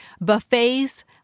buffets